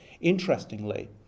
Interestingly